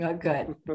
Good